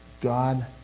God